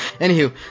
Anywho